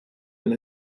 and